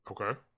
Okay